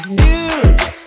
dudes